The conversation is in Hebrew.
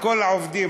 כל העובדים,